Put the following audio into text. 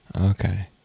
Okay